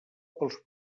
pels